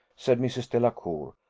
said mrs. delacour.